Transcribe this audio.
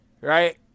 right